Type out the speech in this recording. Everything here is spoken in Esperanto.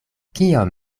kiom